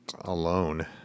alone